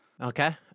Okay